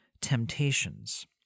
temptations